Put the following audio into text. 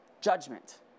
judgment